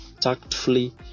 tactfully